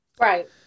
Right